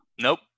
Nope